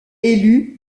élu